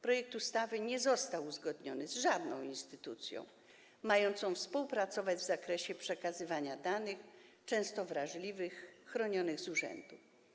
Projekt ustawy nie został uzgodniony z żadną instytucją mającą współpracować w zakresie przekazywania danych, często wrażliwych, chronionych z urzędu.